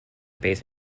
base